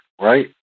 right